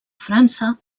frança